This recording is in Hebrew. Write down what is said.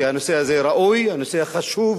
כי הנושא הזה ראוי, הנושא חשוב,